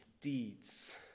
deeds